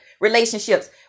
relationships